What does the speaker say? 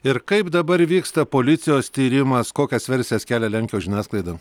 ir kaip dabar vyksta policijos tyrimas kokias versijas kelia lenkijos žiniasklaida